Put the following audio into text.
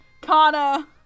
Kana